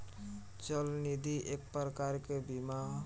चल निधि एक प्रकार के बीमा ह